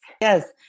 Yes